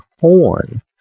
horn